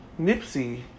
Nipsey